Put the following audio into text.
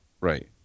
Right